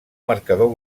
marcador